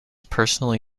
personally